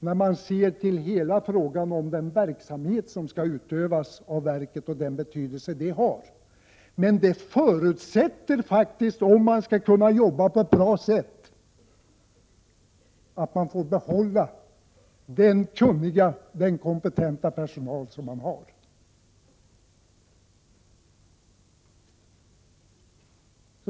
Man måste se till hela frågan om den verksamhet som skall utövas av verket och den betydelse den har. Om man skall kunna jobba på ett bra sätt förutsätter det faktiskt att man får behålla den kunniga och kompetenta personal man har.